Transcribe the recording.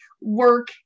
work